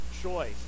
choice